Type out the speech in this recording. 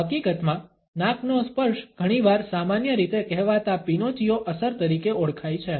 હકીકતમાં નાકનો સ્પર્શ ઘણીવાર સામાન્ય રીતે કહેવાતા પિનોચિયો અસર તરીકે ઓળખાય છે